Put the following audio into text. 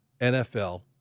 NFL